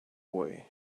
way